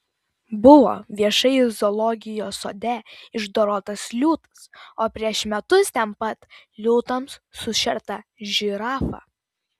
buvo viešai zoologijos sode išdorotas liūtas o prieš metus ten pat liūtams sušerta žirafa